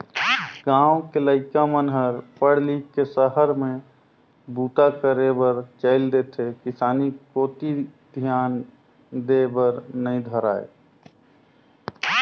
गाँव के लइका मन हर पढ़ लिख के सहर में बूता करे बर चइल देथे किसानी कोती धियान देय बर नइ धरय